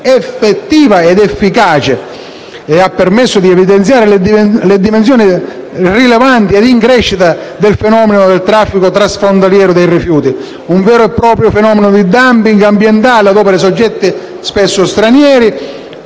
effettiva ed efficace, che ha permesso di evidenziare le dimensioni rilevanti e in crescita del fenomeno del traffico transfrontaliero dei rifiuti; un vero e proprio fenomeno di *dumping* ambientale, ad opera di soggetti spesso stranieri,